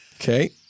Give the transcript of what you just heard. Okay